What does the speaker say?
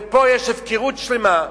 ופה יש הפקרות שלמה,